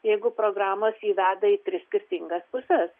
jeigu programos jį veda į tris skirtingas puses